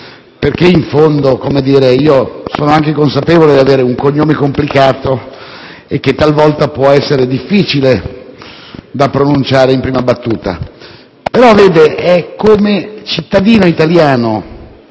perché in fondo - per così dire - sono anche consapevole di avere un cognome complicato che talvolta può essere difficile da pronunciare in prima battuta. Però è come cittadino italiano